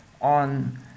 on